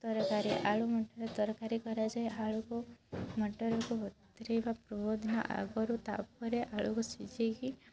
ତରକାରୀ ଆଳୁ ମଟର ତରକାରୀ କରାଯାଏ ଆଳୁକୁ ମଟରକୁ ବତୁରେଇବା ପୂର୍ବଦିନ ଆଗରୁ ତା'ପରେ ଆଳୁକୁ ସିଝେଇକି